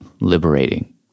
liberating